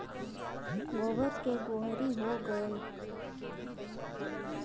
गोबर के गोहरी हो गएल